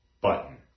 Button